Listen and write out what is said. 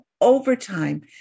overtime